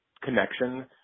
connection